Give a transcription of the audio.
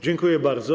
Dziękuję bardzo.